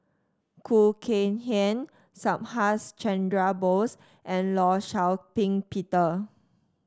Khoo Kay Hian Subhas Chandra Bose and Law Shau Ping Peter